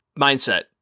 mindset